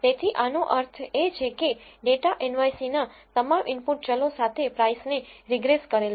તેથી આનો અર્થ એ છે કે ડેટા nyc ના તમામ ઇનપુટ ચલો સાથે price ને રીગ્રેસ કરેલછે